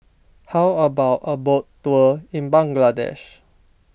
how about a boat tour in Bangladesh